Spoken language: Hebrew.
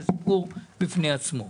זה סיפור בפני עצמו,